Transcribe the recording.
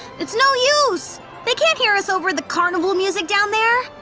it's no use. they can't hear us over the carnival music down there.